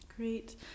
Great